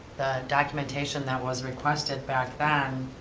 documentation that was requested back then,